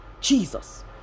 Jesus